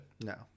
No